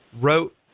wrote